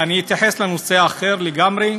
אני אתייחס לנושא אחר לגמרי.